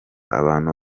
abantu